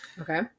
Okay